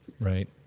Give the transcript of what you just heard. Right